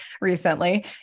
recently